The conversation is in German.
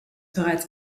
bereits